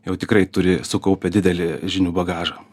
jau tikrai turi sukaupę didelį žinių bagažą